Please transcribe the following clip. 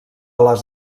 les